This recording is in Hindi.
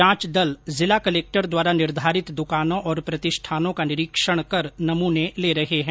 जांच दल जिला कलेक्टर द्वारा निर्धारित दुकानों और प्रतिष्ठानों का निरीक्षण कर नमूने ले रहे हैं